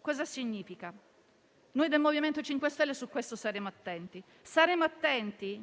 Cosa significa? Noi del MoVimento 5 Stelle su questo staremo attenti. Saremo attenti